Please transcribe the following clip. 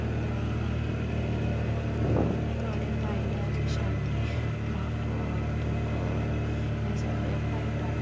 मागीर थोडे भायल्या देशांनी माकड दुकर हें सगळें पाळटात